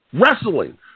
wrestling